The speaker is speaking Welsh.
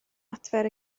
adfer